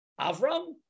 Avram